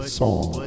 song